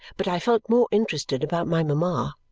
but i felt more interested about my mama.